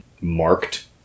marked